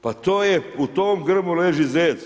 Pa to je u tom grmu leži zec.